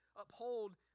uphold